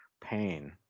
pain